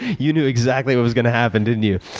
you knew exactly what was gonna happen, didn't you?